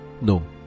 no